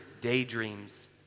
daydreams